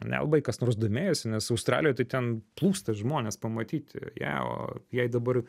nelabai kas nors domėjosi nes australijoj tai ten plūsta žmonės pamatyti ją o jai dabar